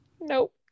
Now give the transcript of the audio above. nope